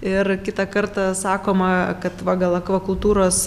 ir kitą kartą sakoma kad va gal akvakultūros